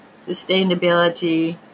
sustainability